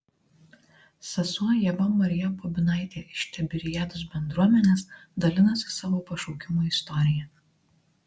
sesuo ieva marija bobinaitė iš tiberiados bendruomenės dalinasi savo pašaukimo istorija